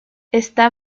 está